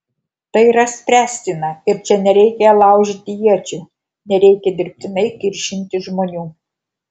tai yra spręstina ir čia nereikia laužyti iečių nereikia dirbtinai kiršinti žmonių